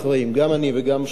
גם אני וגם שותפי,